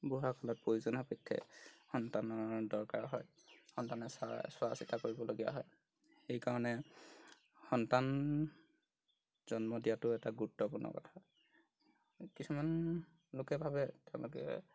বুঢ়া কালত প্ৰয়োজনীয়া সাপেক্ষে সন্তানৰ দৰকাৰ হয় সন্তানে চাৰ চোৱা চিতা কৰিবলগীয়া হয় সেইকাৰণে সন্তান জন্ম দিয়াটো এটা গুৰুত্বপূৰ্ণ কথা কিছুমান লোকে ভাৱে তেওঁলোকে